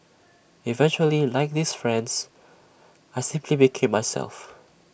eventually like these friends I simply became myself